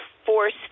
force